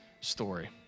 story